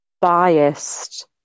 biased